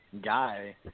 guy